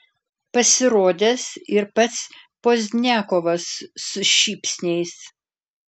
pasirodęs ir pats pozdniakovas su šypsniais